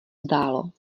zdálo